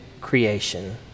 creation